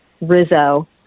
Rizzo